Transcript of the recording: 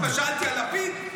שאלתי על לפיד?